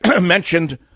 mentioned